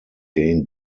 gain